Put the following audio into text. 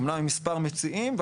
אומנם עם מספר מציעים,